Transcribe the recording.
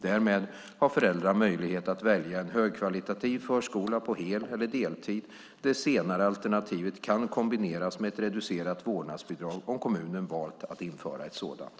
Därmed har föräldrar möjlighet att välja en högkvalitativ förskola på hel eller deltid. Det senare alternativet kan kombineras med ett reducerat vårdnadsbidrag om kommunen valt att införa ett sådant.